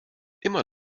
immer